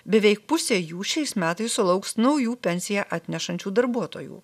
beveik pusė jų šiais metais sulauks naujų pensiją atnešančių darbuotojų